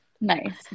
Nice